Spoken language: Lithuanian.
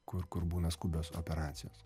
kur kur būna skubios operacijos